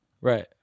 Right